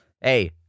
Hey